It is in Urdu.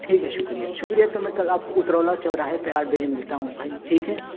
ٹھیک ہے شکریہ شکریہ تو میں کل آپ کو اترولہ چوراہے پر آٹھ بجے ملتا ہوں بھائی ٹھیک ہے